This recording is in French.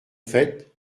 faite